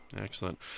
Excellent